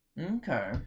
Okay